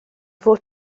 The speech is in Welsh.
fod